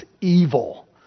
evil